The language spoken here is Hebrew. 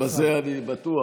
לא, בזה אני בטוח.